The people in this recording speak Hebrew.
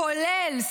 כולל,